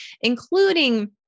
including